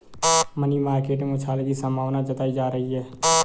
money market में उछाल की संभावना जताई जा रही है